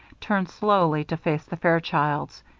turned slowly to face the fairchilds.